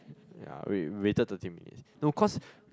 ya wait we waited thirty minutes no cause